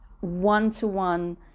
one-to-one